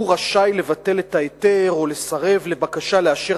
הוא רשאי לבטל את ההיתר או לסרב לבקשה לאשר